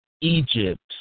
Egypt